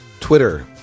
Twitter